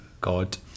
god